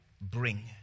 bring